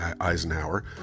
Eisenhower